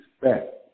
respect